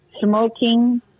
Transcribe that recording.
smoking